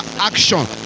action